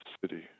City